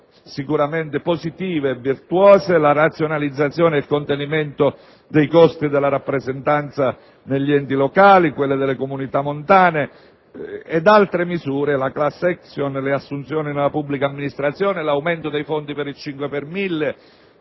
(sicuramente positive e virtuose), razionalizzazione e contenimento dei costi della rappresentanza negli enti locali, nelle comunità montane, accanto ad altre misure come la *class action,* le assunzioni nella pubblica amministrazione, l'aumento dei fondi per il 5 per mille,